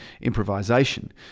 improvisation